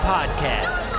Podcast